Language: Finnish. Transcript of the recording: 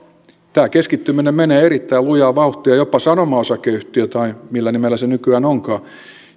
tämä keskittyminen menee erittäin lujaa vauhtia jopa sanoma osakeyhtiö tai millä nimellä se nykyään onkaan